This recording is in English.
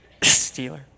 Steeler